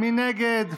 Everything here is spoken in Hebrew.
מי נגד?